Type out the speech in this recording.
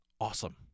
awesome